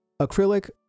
Acrylic